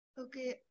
Okay